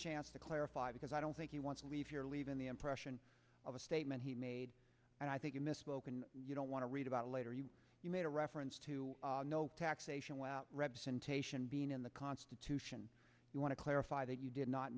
chance to clarify because i don't think he wants to leave you're leaving the impression of a statement he made and i think you misspoke and you don't want to read about it later you made a reference to no taxation without representation being in the constitution you want to clarify that you did not